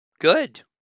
Good